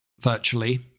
virtually